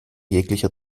jeglicher